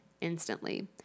instantly